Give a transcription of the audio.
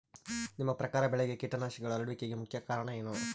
ನಿಮ್ಮ ಪ್ರಕಾರ ಬೆಳೆಗೆ ಕೇಟನಾಶಕಗಳು ಹರಡುವಿಕೆಗೆ ಮುಖ್ಯ ಕಾರಣ ಏನು?